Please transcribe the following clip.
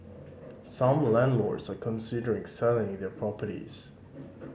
some landlords are considering selling their properties